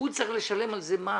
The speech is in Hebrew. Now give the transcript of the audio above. הוא צריך לשלם על זה מס,